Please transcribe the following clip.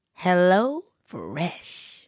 HelloFresh